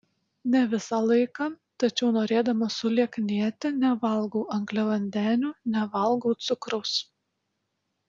ne visą laiką tačiau norėdama sulieknėti nevalgau angliavandenių nevalgau cukraus